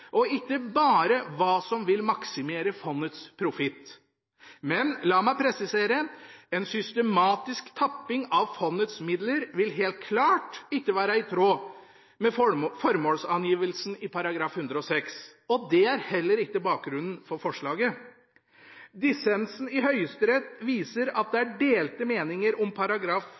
og ikke bare hva som vil maksimere fondets profitt. Men la meg presisere: En systematisk tapping av fondets midler vil helt klart ikke være i tråd med formålsangivelsen i § 106. Det er heller ikke bakgrunnen for forslaget. Dissensen i Høyesterett viser at det er delte meninger om